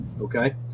okay